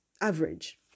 average